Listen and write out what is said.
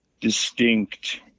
distinct